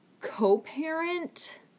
co-parent